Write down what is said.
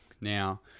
Now